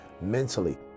mentally